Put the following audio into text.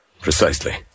Precisely